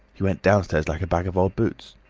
he went downstairs like a bag of old boots.